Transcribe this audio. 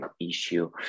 issue